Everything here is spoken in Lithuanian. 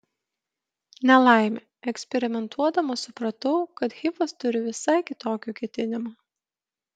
nelaimė eksperimentuodama supratau kad hifas turi visai kitokių ketinimų